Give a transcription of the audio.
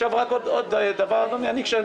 רק עוד דבר: כאשר